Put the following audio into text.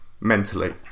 mentally